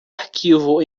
arquivo